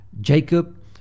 Jacob